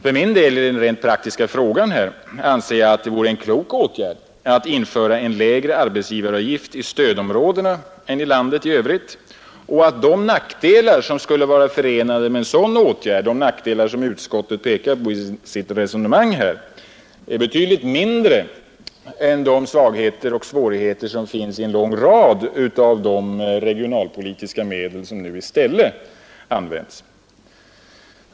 För min del anser jag — i den rent praktiska frågan här — att det vore en klok åtgärd att införa en lägre arbetsgivaravgift i stödområdena än i landet i övrigt och att de nackdelar som skulle vara förenade med en sådan åtgärd, de nackdelar som utskottet pekar på i sitt resonemang här, är betydligt mindre än de svagheter och svårigheter som finns i en lång rad regionalpolitiska medel som nu i stället används.